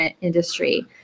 industry